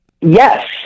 yes